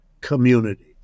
community